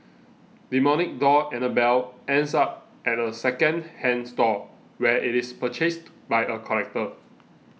demonic doll Annabelle ends up at a second hand store where it is purchased by a collector